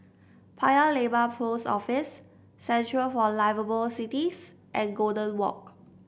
Paya Lebar Post Office Centre for Liveable Cities and Golden Walk